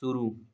शुरू